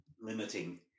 limiting